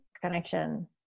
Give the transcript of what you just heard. connection